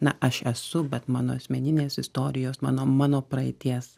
na aš esu bet mano asmeninės istorijos mano mano praeities